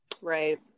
right